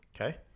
Okay